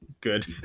good